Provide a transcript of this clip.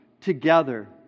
Together